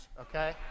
Okay